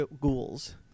ghouls